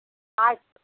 ಆಯ್ತು